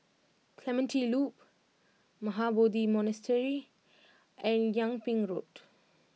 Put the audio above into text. Clementi Loop Mahabodhi Monastery and Yung Ping Road